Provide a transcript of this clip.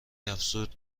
افزود